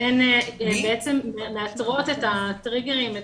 והן מאתרות את הטריגרים,